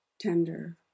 tender